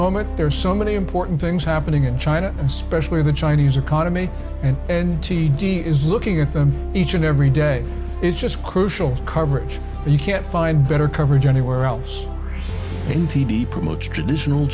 moment there are so many important things happening in china especially the chinese economy and and t d is looking at them each and every day is just crucial coverage and you can't find better coverage anywhere else in t v promotes traditional